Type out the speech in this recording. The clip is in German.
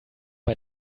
bei